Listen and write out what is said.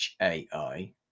HAI